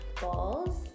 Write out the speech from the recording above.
balls